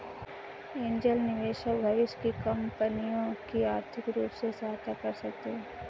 angel निवेशक भविष्य की कंपनियों की आर्थिक रूप से सहायता कर सकते हैं